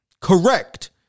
Correct